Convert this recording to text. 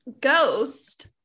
Ghost